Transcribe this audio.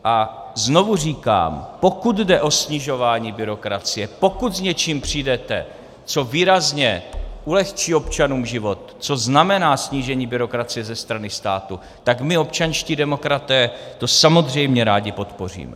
A znovu říkám, pokud jde o snižování byrokracie, pokud přijdete s něčím, co výrazně ulehčí občanům život, co znamená snížení byrokracie ze strany státu, tak to my občanští demokraté samozřejmě rádi podpoříme.